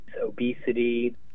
obesity